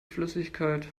flüssigkeit